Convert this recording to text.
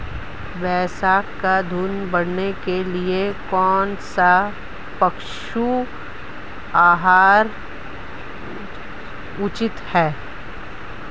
भैंस का दूध बढ़ाने के लिए कौनसा पशु आहार उचित है?